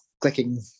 clicking